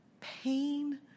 pain